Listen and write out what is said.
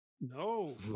No